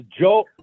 Joe